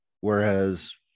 whereas